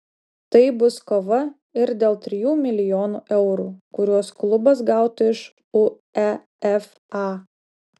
tai bus kova ir dėl trijų milijonų eurų kuriuos klubas gautų iš uefa